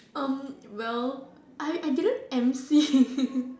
well I I didn't M_C